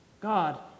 God